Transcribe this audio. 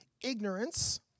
ignorance